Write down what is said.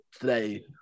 today